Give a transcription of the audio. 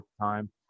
time